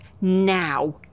Now